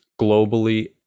globally